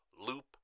Loop